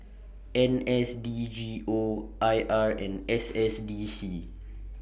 N S D G O I R and S S D C